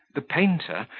the painter,